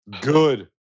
Good